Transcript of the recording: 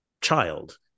child